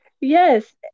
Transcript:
Yes